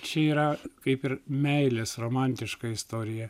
čia yra kaip ir meilės romantiška istorija